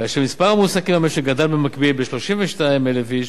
כאשר מספר המועסקים במשק גדל במקביל ב-32,000 איש,